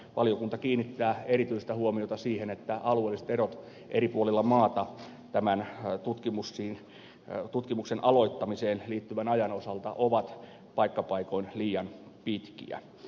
valiokunta kiinnittää erityistä huomiota siihen että alueelliset erot eri puolilla maata tämän tutkimuksen aloittamiseen liittyvän ajan osalta ovat paikka paikoin liian suuria